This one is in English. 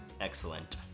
Excellent